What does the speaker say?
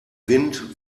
wind